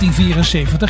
1974